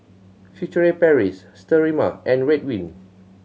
Furtere Paris Sterimar and Ridwind